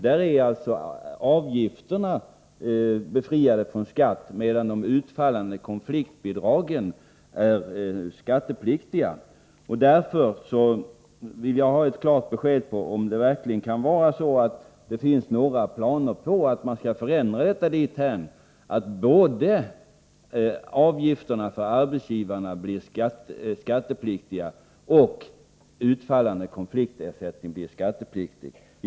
Där är alltså avgifterna befriade från skatt, medan de utfallande konfliktbidragen är skattepliktiga. Därför vill jag ha klart besked: Finns det verkligen planer på att förändra detta dithän att både avgifterna och utfallande konfliktersättningar blir skattepliktiga för arbetsgivarna?